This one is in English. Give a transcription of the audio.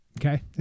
okay